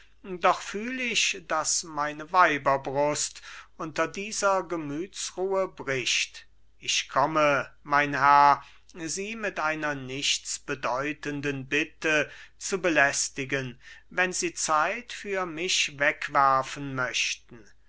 doch fühl ich daß meine weiberbrust unter dieser gemütsruhe bricht ich komme mein herr sie mit einer nichtsbedeutenden bitte zu belästigen wenn sie zeit für mich wegwerfen möchten